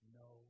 no